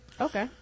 Okay